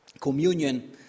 Communion